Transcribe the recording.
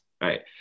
right